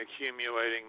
accumulating